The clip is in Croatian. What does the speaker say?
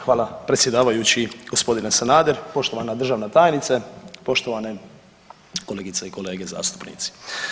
Hvala predsjedavajući gospodine Sanader, poštovana državna tajnice, poštovane kolegice i kolege zastupnici.